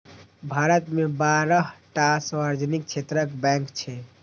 भारत मे बारह टा सार्वजनिक क्षेत्रक बैंक छै